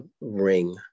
ring